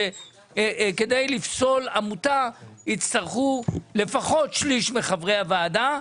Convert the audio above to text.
שכדי לפסול עמותה יצטרכו לפחות שני-שלישים מחברי הוועדה,